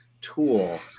Tool